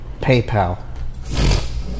PayPal